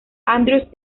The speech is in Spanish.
andrews